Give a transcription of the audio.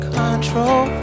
control